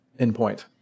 endpoint